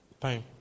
Time